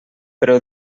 però